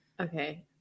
Okay